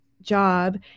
job